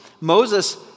Moses